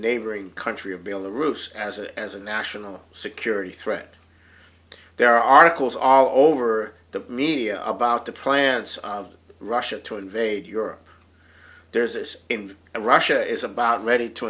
neighboring country of bill the roots as a as a national security threat there are calls all over the media about the plans of russia to invade europe there's this in russia is about ready to